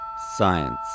Science